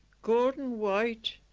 gordon white,